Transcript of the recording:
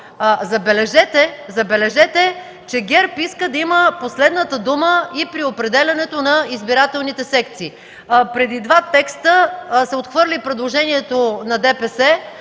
Забележете, че ГЕРБ иска да има последната дума и при определяне на избирателните секции. Преди два текста бе отхвърлено предложението на ДПС